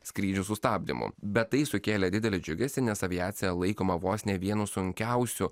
skrydžių sustabdymu bet tai sukėlė didelį džiugesį nes aviacija laikoma vos ne vienu sunkiausiu